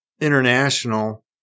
international